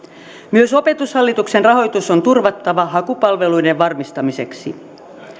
myös opetushallituksen rahoitus on turvattava hakupalveluiden varmistamiseksi